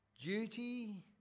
duty